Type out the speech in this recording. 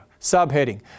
subheading